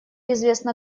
известно